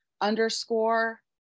underscore